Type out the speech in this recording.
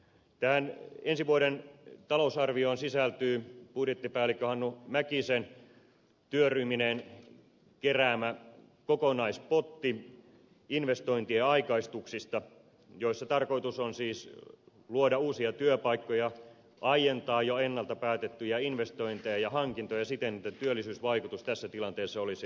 tähän ensi vuoden talousarvioon sisältyy budjettipäällikkö hannu mäkisen työryhmineen keräämä kokonaispotti investointien aikaistuksista joiden tarkoitus on siis luoda uusia työpaikkoja aientaa jo ennalta päätettyjä investointeja ja hankintoja siten että työllisyysvaikutus tässä tilanteessa olisi mahdollisimman hyvä